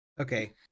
Okay